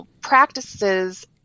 practices